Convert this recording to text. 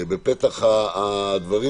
בפתח הדברים,